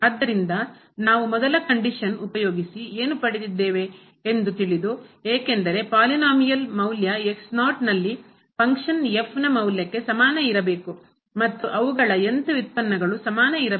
ಆದ್ದರಿಂದ ನಾವು ಮೊದಲ ಕಂಡೀಶನ್ ಪರಿಸ್ಥಿತಿಯ ಉಪಯೋಗಿಸಿ ಏನು ಪಡೆದಿದ್ದೇವೆ ಎಂದು ತಿಳಿದು ಏಕೆಂದರೆ ಪಾಲಿನೋಮಿಯಲ್ ಬಹುಪದದ ಮೌಲ್ಯ ನಲ್ಲಿ ಫಂಕ್ಷನ್ನ ನ ಮೌಲ್ಯಕ್ಕೆ ಸಮಾನ ಇರಬೇಕು ಮತ್ತು ಅವುಗಳ th ವ್ಯುತ್ಪನ್ನಗಳು ಸಮಾನ ಇರಬೇಕು